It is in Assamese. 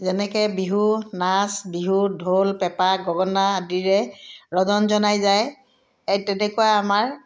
যেনেকৈ বিহু নাচ বিহু ঢোল পেঁপা গগনা আদিৰে ৰজন জনাই যায় এই তেনেকুৱা আমাৰ